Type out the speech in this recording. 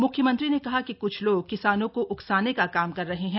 म्ख्यमंत्री ने कहा कि क्छ लोग किसानों को उकसाने का काम कर रहे हैं